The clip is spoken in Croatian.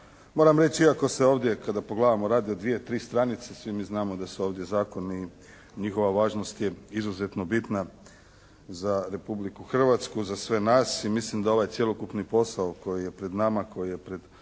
Moram reći iako se ovdje kada pogledamo radi o dvije-tri stranice, svi mi znamo da su ovdje zakoni, njihova važnost je izuzetno bitna za Republiku Hrvatsku, za sve nas i mislim da ovaj cjelokupni posao koji je pred nama, koji je pred